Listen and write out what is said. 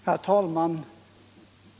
Herr talman!